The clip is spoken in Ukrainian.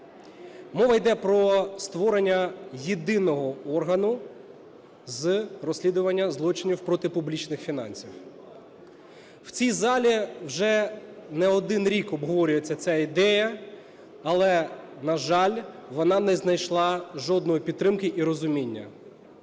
Мова йде про створення єдиного органу з розслідування злочинів проти публічних фінансів. В цій залі вже не один рік обговорюється ця ідея, але, на жаль, вона не знайшла жодної підтримки і розуміння.